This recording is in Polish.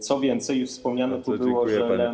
Co więcej, już wspomniane tu było, że Lem.